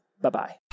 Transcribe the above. Bye-bye